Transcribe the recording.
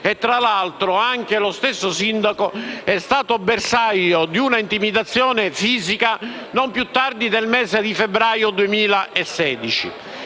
e, tra l'altro, lo stesso sindaco è stato bersaglio di una intimidazione fisica non più tardi del mese di febbraio del 2016.